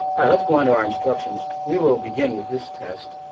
let's go on to our instructions. we will begin with this test.